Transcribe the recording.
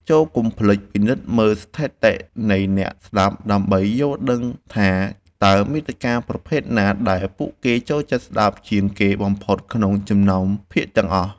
ចូរកុំភ្លេចពិនិត្យមើលស្ថិតិនៃអ្នកស្តាប់ដើម្បីយល់ដឹងថា តើមាតិកាប្រភេទណាដែលពួកគេចូលចិត្តស្តាប់ជាងគេបំផុតក្នុងចំណោមភាគទាំងអស់។